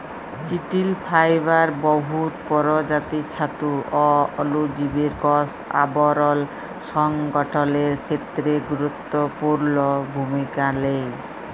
চিটিল ফাইবার বহুত পরজাতির ছাতু অ অলুজীবের কষ আবরল সংগঠলের খ্যেত্রে গুরুত্তপুর্ল ভূমিকা লেই